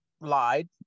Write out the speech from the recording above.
lied